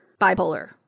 bipolar